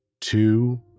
two